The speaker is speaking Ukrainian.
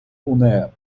унр